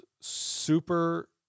super